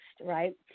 right